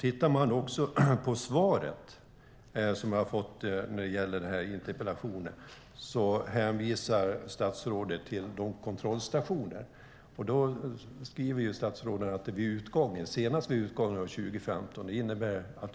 I svaret på interpellationen hänvisar statsrådet till kontrollstationer. Statsrådet skriver att det ska ske senast vid utgången av 2015.